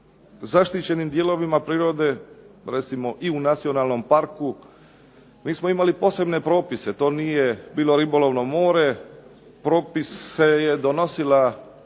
zaštićenim dijelovima prirode recimo i u nacionalnom parku mi smo imali posebne propise. To nije bilo ribolovno more. Propise je donosila